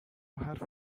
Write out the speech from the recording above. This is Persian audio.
حرف